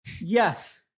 yes